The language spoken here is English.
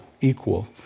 equal